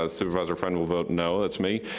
ah supervisor friend will vote no that's me.